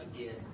again